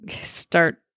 start